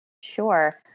Sure